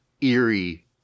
eerie